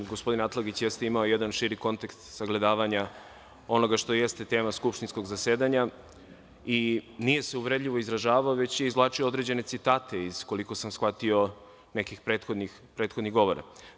Gospodin Atlagić jeste imao jedan širi kontekst sagledavanja onoga što jeste tema skupštinskog zasedanja i nije se uvredljivo izražavao, već je izvlačio određene citate iz, koliko sam shvatio, nekih prethodnih govora.